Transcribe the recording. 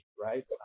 right